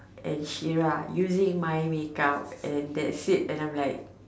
and Shera using my make up and that's it and I am like